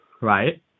Right